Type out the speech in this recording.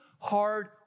hard